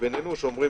שאומרים